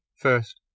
first